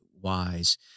wise